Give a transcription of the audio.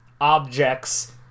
objects